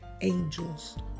angels